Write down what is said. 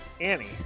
Annie